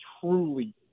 truly